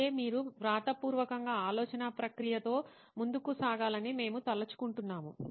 అయితే మీరు వ్రాతపూర్వకంగా ఆలోచనా ప్రక్రియతో ముందుకు సాగాలని మేము తలచుకుంటున్నాము